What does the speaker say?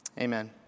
Amen